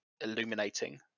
illuminating